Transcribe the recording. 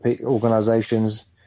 organizations